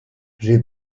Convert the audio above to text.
j’ai